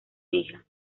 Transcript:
hija